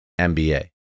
MBA